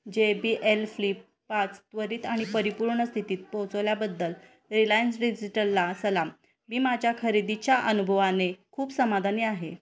जे B L flip पाच त्वरित आणि परिपूर्ण स्थितीत पोचवल्याबद्दल रिलायन्स डिजिटलला सलाम मी माझ्या खरेदीच्या अनुभवाने खूप समाधानी आहे